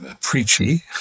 preachy